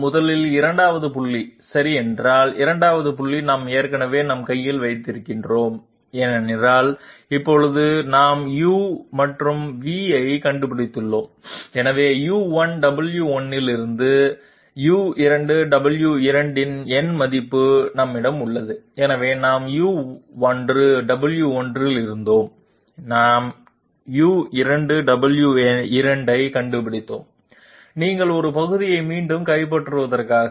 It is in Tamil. முதலில் 2 வது புள்ளி சரி என்றால் 2 வது புள்ளி நாம் ஏற்கனவே நம் கையில் வைத்திருக்கிறோம் ஏனென்றால் இப்போது நாம் u மற்றும் v ஐக் கண்டுபிடித்துள்ளோம் எனவே u1 w1 இலிருந்து u2 w2 இன் எண் மதிப்பு எங்களிடம் உள்ளது எனவே நாம் u1 w1 இல் இருந்தோம் நாம் u2 w2 ஐ கண்டுபிடித்தோம் நீங்கள் ஒரு பகுதியை மீண்டும் கைப்பற்றுவதற்காக